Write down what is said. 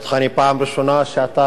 פעם ראשונה שאני מדבר כשאתה,